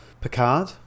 Picard